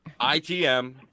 ITM